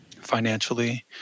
financially